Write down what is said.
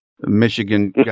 Michigan